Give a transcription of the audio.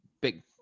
big